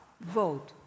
vote